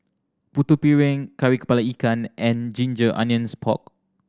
Putu Piring Kari Kepala Ikan and ginger onions pork